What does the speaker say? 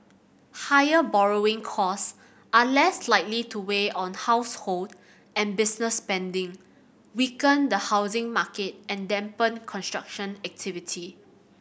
higher borrowing costs are less likely to weigh on household and business spending weaken the housing market and dampen construction activity